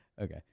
okay